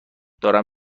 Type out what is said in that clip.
دارم